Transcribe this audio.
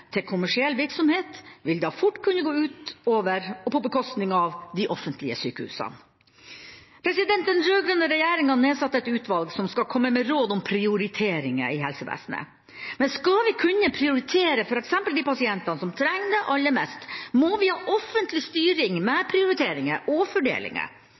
til kommersiell virksomhet vil da fort kunne gå på bekostning av de offentlige sykehusene. Den rød-grønne regjeringa nedsatte et utvalg som skal komme med råd om prioriteringer i helsevesenet. Men skal vi kunne prioritere f.eks. de pasientene som trenger det aller mest, må vi ha offentlig styring med prioriteringer og fordelinger.